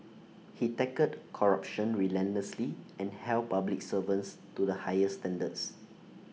he tackled corruption relentlessly and held public servants to the highest standards